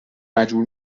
مجبور